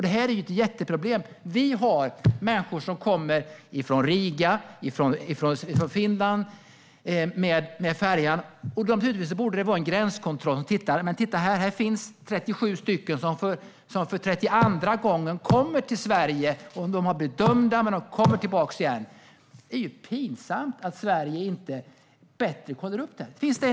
Det är ett jätteproblem. Vi har människor som kommer med färjan från Riga och från Finland. Naturligtvis borde man göra en gränskontroll och titta efter. "Titta! Här är 37 stycken som kommer till Sverige för 32:a gången. De har blivit dömda, men de kommer tillbaka igen." Det är pinsamt att Sverige inte kollar upp det här bättre.